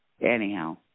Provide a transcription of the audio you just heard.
anyhow